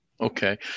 Okay